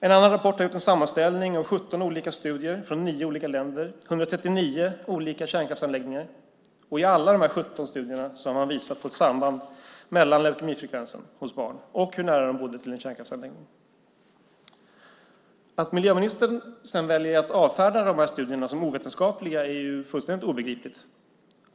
En annan rapport har gjort en sammanställning av 17 olika studier från nio olika länder av 139 olika kärnkraftsanläggningar. I alla de här 17 studierna har man visat ett samband mellan leukemifrekvensen hos barn och hur nära en kärnkraftsanläggning de bodde. Att miljöministern sedan väljer att avfärda de här studierna som ovetenskapliga är fullständigt obegripligt.